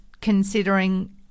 considering